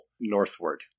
northward